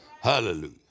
Hallelujah